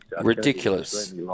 ridiculous